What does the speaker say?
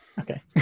Okay